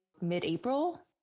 mid-april